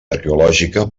arqueològica